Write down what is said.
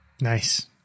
Nice